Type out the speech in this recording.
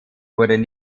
wurden